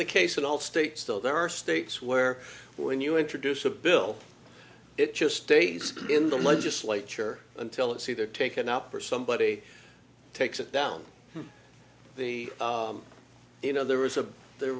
the case in all states still there are states where when you introduce a bill it just stays in the legislature until it's either taken up or somebody takes it down the you know there was a there